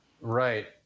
Right